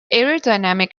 aerodynamic